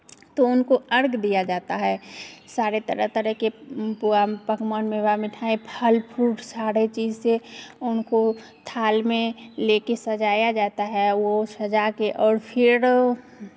तो उनको अर्घ्य दिया जाता है सारे तरह तरह के पुआ पकवान मेवा मिठाई फल फ्रूट सारे चीज़ से उनको थाल में ले कर सजाया जाता है वो सजा कर और फिर